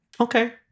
okay